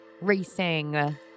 racing